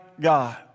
God